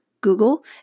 Google